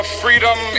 freedom